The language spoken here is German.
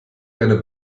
deine